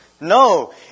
No